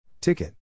Ticket